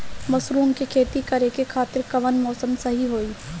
Mushroom के खेती करेके खातिर कवन मौसम सही होई?